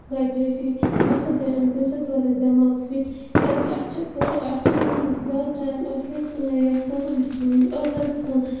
دۄیہِ ترٛیٚیہِ پھِرِ تمہِ سۭتۍ تمہِ سۭتۍ روزِ اَسہِ دٮ۪ماغ فِٹ کیازکہِ اَسہِ چھِ اَسہِ چھُ دیُن زیادٕ ٹایم اَصلی یَتھ کُن ٲخرَتَس کُن